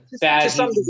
bad